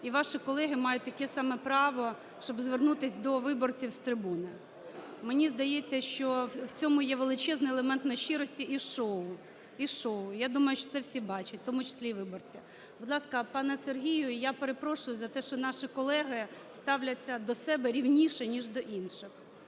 і ваші колеги мають таке саме право, щоб звернутися до виборців з трибуни. Мені здається, що в цьому є величезний елемент нещирості і шоу, і шоу. Я думаю, що це всі бачать, в тому числі і виборці. Будь ласка, пане Сергію. І я перепрошую за те, що наші колеги ставляться до себе рівніше, ніж до інших.